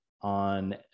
on